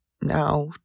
now